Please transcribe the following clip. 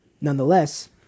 nonetheless